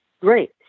Great